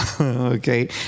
Okay